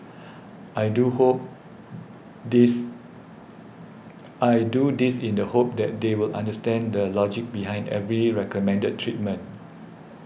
I do hope this I do this in the hope that they will understand the logic behind every recommended treatment